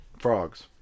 Frogs